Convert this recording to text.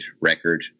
record